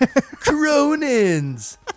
Cronin's